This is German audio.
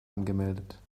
angemeldet